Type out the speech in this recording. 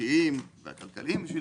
החוקיים והכלכליים כדי